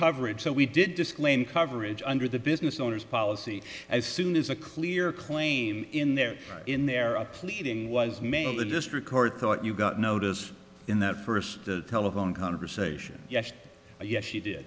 coverage so we did disclaim coverage under the business owners policy as soon as a clear claim in their in their up pleading was made the district court thought you got notice in the first the telephone conversation yes yes you did